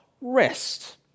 rest